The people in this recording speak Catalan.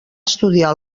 estudiar